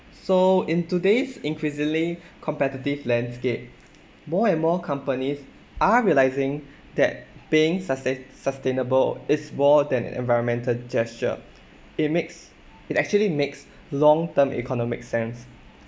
so in today's increasingly competitive landscape more and more companies are realising that being sustain sustainable is more than an environmental gesture it makes it actually makes long term economic sense